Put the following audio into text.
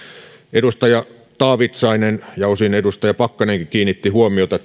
edustaja taavitsainen ja osin edustaja pakkanenkin kiinnittivät huomiota